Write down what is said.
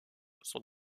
sont